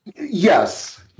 Yes